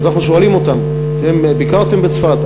אנחנו שואלים אותם: ביקרתם בצפת?